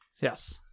yes